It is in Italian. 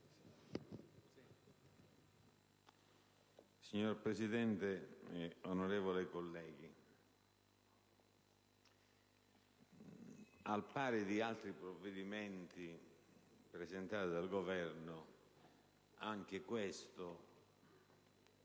Signor Presidente, onorevoli colleghi, al pari di altri provvedimenti presentati dal Governo, anche questo, quando